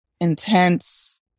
intense